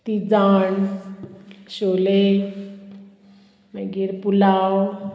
ती जाण शोले मागीर पुलाव